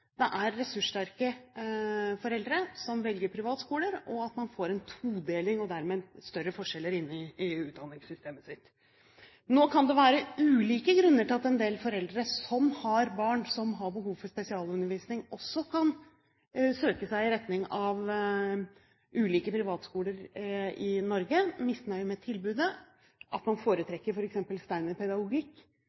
det er ressurssterke foreldre som velger privatskole. Man får en todeling, og dermed større forskjeller i utdanningssystemet. Nå kan det være ulike grunner til at en del foreldre som har barn med behov for spesialundervisning, søker seg i retning av ulike privatskoler i Norge. Misnøye med tilbudet og at man foretrekker